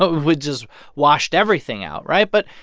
but which just washed everything out, right? but,